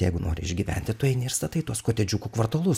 jeigu nori išgyventi tu eini ir statai tuos kotedžiukų kvartalus